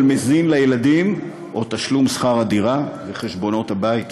מזין לילדים לבין תשלום שכר הדירה וחשבונות הבית.